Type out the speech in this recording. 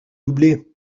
doubler